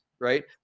right